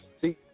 See